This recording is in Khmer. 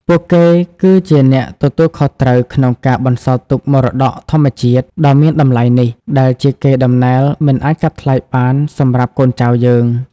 ពួកគេគឺជាអ្នកទទួលខុសត្រូវក្នុងការ បន្សល់ទុកមរតកធម្មជាតិ ដ៏មានតម្លៃនេះ ដែលជាកេរ្តិ៍ដំណែលមិនអាចកាត់ថ្លៃបានសម្រាប់កូនចៅយើង។